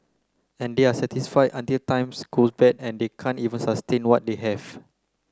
and they are satisfied until times goes bad and they can't even sustain what they have